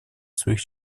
своих